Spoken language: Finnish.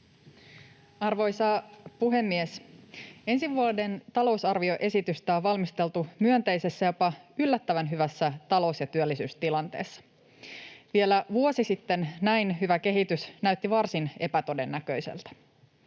Arvoisa puhemies! Ensi vuoden talousarvioesitystä on valmisteltu myönteisessä, jopa yllättävän hyvässä talous- ja työllisyystilanteessa. Vielä vuosi sitten näin hyvä kehitys näytti varsin epätodennäköiseltä.